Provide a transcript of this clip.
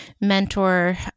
mentor